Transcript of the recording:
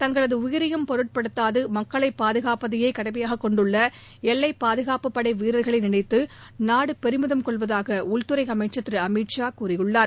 தங்களது உயிரையும் பொருட்படுத்தாது மக்களை பாதுகாப்பதையே கடனமயாகக் கொண்டுள்ள எல்லை பாதுகாப்புப்படை வீரர்களை நினைத்து நாடு பெருமை கொள்வதாக உள்துறை அமைச்சர் திரு அமித்ஷா கூறியுள்ளார்